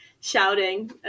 shouting